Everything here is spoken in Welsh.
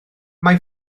mae